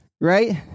Right